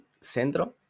centro